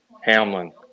Hamlin